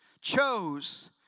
chose